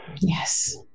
yes